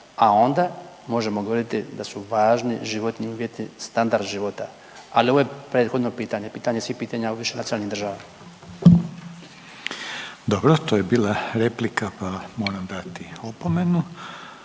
a onda možemo govoriti da su važni životni uvjeti, standard života. Ali ovo je prethodno pitanje, pitanje svih pitanja u višenacionalnim državama. **Reiner, Željko (HDZ)** Dobro. To je bila replika, pa moram dati opomenu.